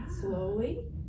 slowly